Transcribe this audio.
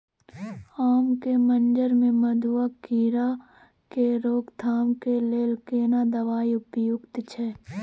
आम के मंजर में मधुआ कीरा के रोकथाम के लेल केना दवाई उपयुक्त छै?